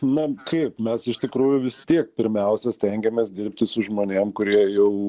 na kaip mes iš tikrųjų vis tiek pirmiausia stengiamės dirbti su žmonėm kurie jau